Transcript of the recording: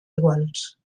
iguals